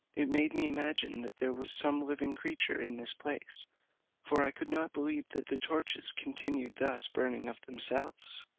it made me imagine that there was some living creature in this place for i could not believe that the torches continued thus burning of themselves.